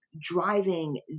driving